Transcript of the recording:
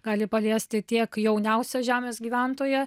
gali paliesti tiek jauniausią žemės gyventoją